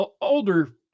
older